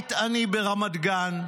בית עני ברמת גן,